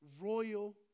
royal